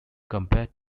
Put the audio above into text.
compared